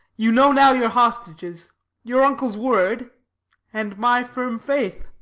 you know now your hostages your uncle's word and my firm faith.